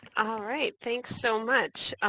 right. thanks so much.